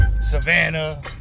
Savannah